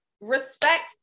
respect